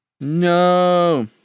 No